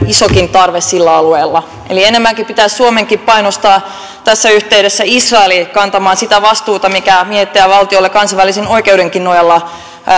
isokin tarve sillä alueella eli enemmänkin pitäisi suomenkin painostaa tässä yhteydessä israelia kantamaan sitä vastuuta mikä kansainvälisen oikeudenkin nojalla